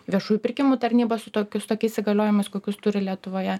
viešųjų pirkimų tarnyba su tokius tokiais įgaliojimais kokius turi lietuvoje